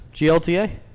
GLTA